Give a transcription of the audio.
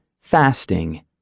Fasting